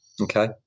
Okay